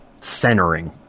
centering